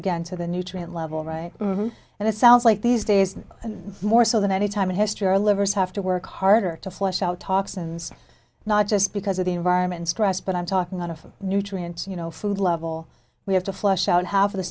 again to the nutrient level right and it sounds like these days more so than any time in history our livers have to work harder to flush out talks and not just because of the environment stress but i'm talking out of nutrients you know food level we have to flush out half of the